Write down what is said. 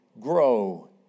grow